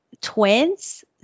twins